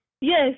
Yes